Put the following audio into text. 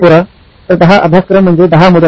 तर 10 अभ्यासक्रम म्हणजे 10 मुदत